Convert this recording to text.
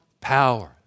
power